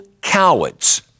cowards